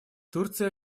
турция